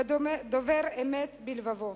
ודובר אמת בלבבו,